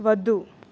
వద్దు